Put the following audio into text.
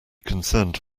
concerned